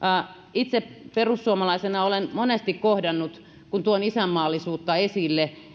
itse perussuomalaisena olen monesti kohdannut kun tuon isänmaallisuutta esille